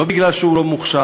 לא כי הוא לא מוכשר,